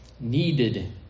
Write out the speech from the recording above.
needed